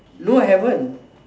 no I haven't